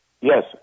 Yes